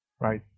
right